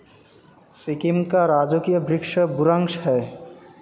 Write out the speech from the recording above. सिक्किम का राजकीय वृक्ष बुरांश है